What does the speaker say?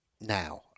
now